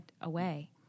away